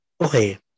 okay